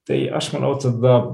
tai aš manau tada